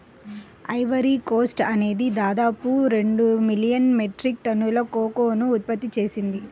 Ivory Coast అనేది దాదాపు రెండు మిలియన్ మెట్రిక్ టన్నుల కోకోను ఉత్పత్తి చేసింది